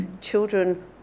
children